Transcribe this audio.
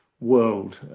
world